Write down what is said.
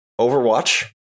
Overwatch